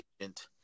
agent